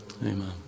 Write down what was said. amen